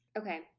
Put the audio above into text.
Okay